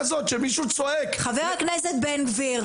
חבר הכנסת בן גביר,